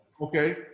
Okay